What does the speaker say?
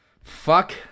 fuck